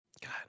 God